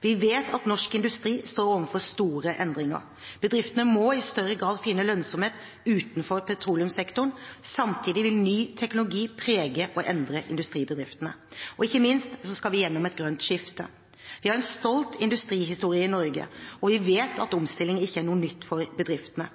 Vi vet at norsk industri står overfor store endringer. Bedriftene må i større grad finne lønnsomhet utenfor petroleumssektoren. Samtidig vil ny teknologi prege og endre industribedriftene. Og ikke minst skal vi gjennom et grønt skifte. Vi har en stolt industrihistorie i Norge. Vi vet at omstilling ikke er noe nytt for bedriftene.